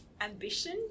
Ambition